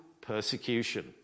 Persecution